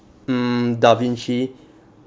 mm da vinci